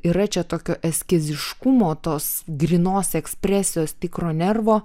yra čia tokio ekskiziškumo tos grynos ekspresijos tikro nervo